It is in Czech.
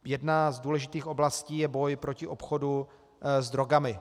Jedna z důležitých oblastí je boj proti obchodu s drogami.